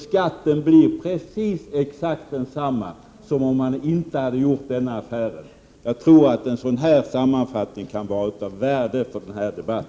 Skatten blir nämligen exakt densamma som om han inte hade gjort denna affär. Jag tror att en sammanfattning av detta slag kan vara av värde för denna debatt.